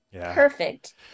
perfect